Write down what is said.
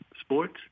sports